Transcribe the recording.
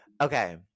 Okay